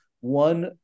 one